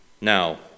Now